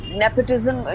nepotism